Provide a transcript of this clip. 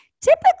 Typically